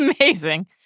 amazing